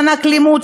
מענק לימוד,